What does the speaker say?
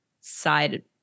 side